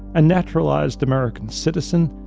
a naturalized american citizen,